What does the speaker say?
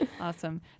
Awesome